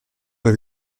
oedd